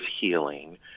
healing